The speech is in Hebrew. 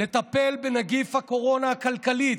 לטפל בנגיף הקורונה הכלכלי,